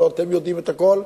הלוא אתם יודעים את הכול.